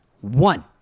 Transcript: One